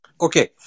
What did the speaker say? Okay